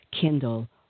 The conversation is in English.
Kindle